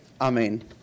amen